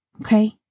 Okay